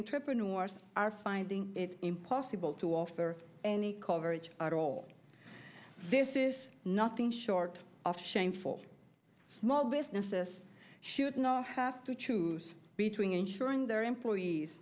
entrepreneurs are finding it impossible to offer any coverage at all this is nothing short of shame for small businesses should not have to choose between ensuring their employees